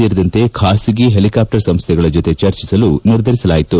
ಸೇರಿದಂತೆ ಖಾಸಗಿ ಹೆಲಿಕಾಪ್ಟರ್ ಸಂಸ್ಥೆಗಳ ಜೊತೆ ಚರ್ಚಿಸಲು ನಿರ್ಧರಿಸಲಾಯಿತು